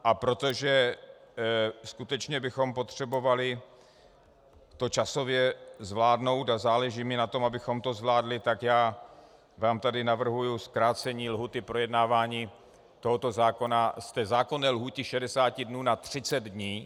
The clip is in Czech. A protože bychom to skutečně potřebovali časově zvládnout a záleží mi na tom, abychom to zvládli, tak vám tady navrhuji zkrácení lhůty projednávání tohoto zákona z té zákonné lhůty 60 dnů na 30 dnů.